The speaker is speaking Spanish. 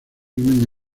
unen